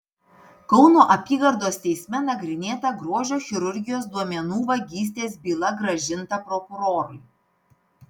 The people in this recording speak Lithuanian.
kauno apygardos teisme nagrinėta grožio chirurgijos duomenų vagystės byla grąžinta prokurorui